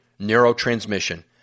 neurotransmission